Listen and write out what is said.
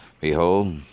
Behold